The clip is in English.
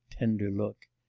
tender look.